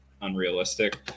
Unrealistic